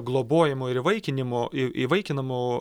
globojimo ir įvaikinimo į įvaikinamų